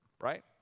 right